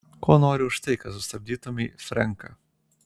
ko nori už tai kad sustabdytumei frenką